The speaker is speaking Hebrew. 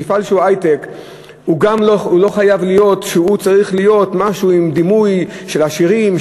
מפעל שהוא היי-טק גם לא חייב להיות משהו עם דימוי של עשירים,